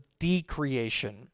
decreation